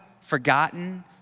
forgotten